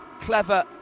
clever